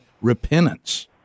repentance